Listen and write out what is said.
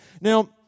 Now